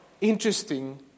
interesting